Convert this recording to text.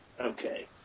Okay